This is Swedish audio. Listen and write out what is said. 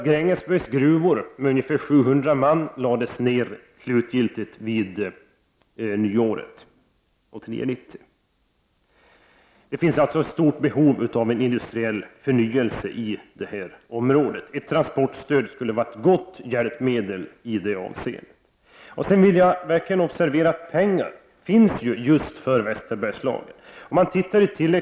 Grängesbergs gruvor, med ungefär 700 man sysselsatta, lades ned slutgiltigt vid nyåret 1989/90. Det finns alltså ett stort behov av en industriell förnyelse i det här området. Ett transportstöd skulle vara ett gott hjälpmedel i det avseendet. Jag vill verkligen framhålla att pengar finns just för Västerbergslagen.